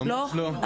ממש לא.